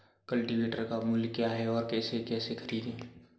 Cultivator का मूल्य क्या है और इसे कैसे खरीदें?